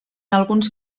alguns